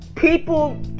People